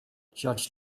judge